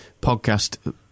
Podcast